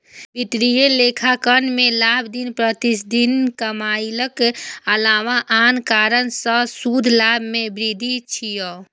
वित्तीय लेखांकन मे लाभ दिन प्रतिदिनक कमाइक अलावा आन कारण सं शुद्ध लाभ मे वृद्धि छियै